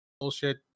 bullshit